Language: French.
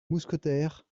mousquetaires